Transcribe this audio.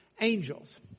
Angels